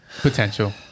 Potential